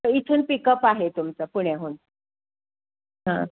तर इथून पिकअप आहे तुमचं पुण्याहून हां